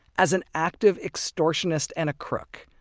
as an active extortionist and a crook.